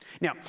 Now